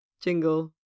jingle